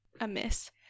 amiss